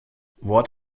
what